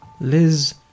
Liz